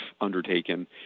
undertaken